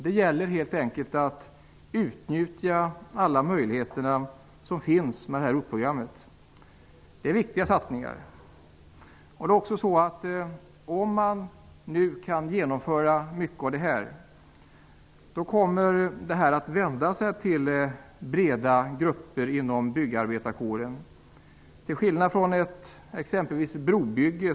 Det gäller helt enkelt att utnyttja alla de möjligheter som ROT-programmet ger. Det är viktiga satsningar. Om allt detta kan genomföras kommer en stor del av byggarbetarkåren att beröras -- till skillnad från t.ex. vid ett brobygge.